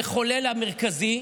המחולל המרכזי,